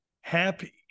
happy